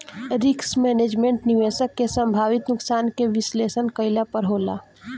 risk management, निवेशक के संभावित नुकसान के विश्लेषण कईला पर होला